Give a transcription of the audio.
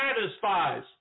satisfies